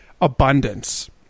abundance